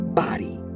body